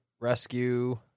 rescue